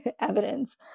evidence